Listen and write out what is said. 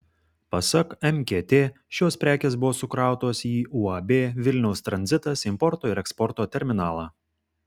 pasak mkt šios prekės buvo sukrautos į uab vilniaus tranzitas importo ir eksporto terminalą